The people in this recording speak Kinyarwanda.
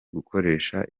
gukoresha